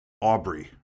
Aubrey